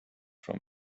from